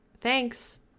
Thanks